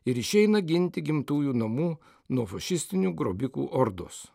ir išeina ginti gimtųjų namų nuo fašistinių grobikų ordos